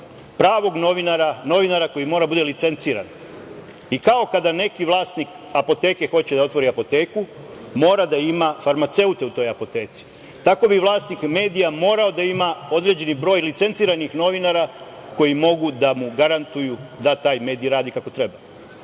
novinara koji mora da bude licenciran. Kao kada neki vlasnik apoteke hoće da otvori apoteku, mora da ima farmaceute u toj apoteci. Tako bi vlasnik medija morao da ima određeni broj licenciranih novinara koji mogu da mu garantuju da taj medij radi kako treba. Takve